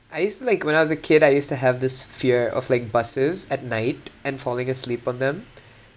I used to like when I was a kid I used to have this fear of like buses at night and falling asleep on them